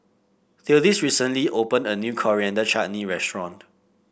Theodis recently opened a new Coriander Chutney Restaurant